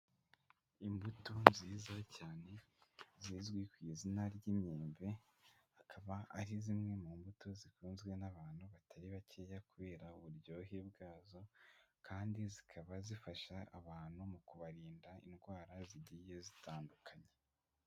Imbuto nziza cyane zizwi ku izina ry'imyembe, akaba ari zimwe mu mbuto zikunzwe n'abantu batari bakeya kubera uburyohe bwazo kandi zikaba zifasha abantu mu kubarinda indwara zigiye zitandukanye.